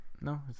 No